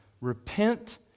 repent